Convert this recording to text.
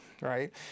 right